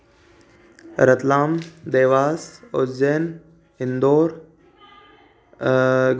Ratlam Dewas Ujjain Indore